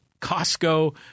Costco